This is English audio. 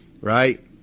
right